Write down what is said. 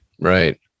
Right